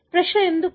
ప్రశ్న ఎందుకు